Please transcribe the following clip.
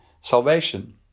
salvation